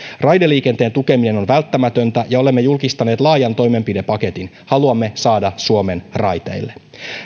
raideliikenteen tukeminen on on välttämätöntä ja olemme julkistaneet laajan toimenpidepaketin haluamme saada suomen raiteille